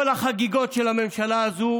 כל החגיגות של הממשלה הזאת